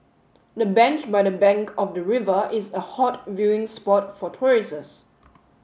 the bench by the bank of the river is a hot viewing spot for tourists